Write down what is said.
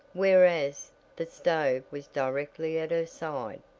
whereas the stove was directly at her side.